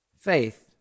Faith